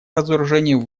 разоружению